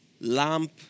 Lamp